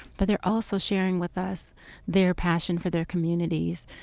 but they're also sharing with us their passion for their communities.